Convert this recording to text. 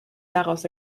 daraus